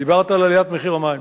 דיברת על עליית מחיר המים.